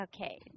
Okay